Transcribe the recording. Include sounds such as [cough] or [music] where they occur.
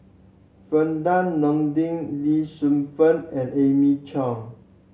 [unintelligible] Nordin Lee Shu Fen and Amy Chang